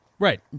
Right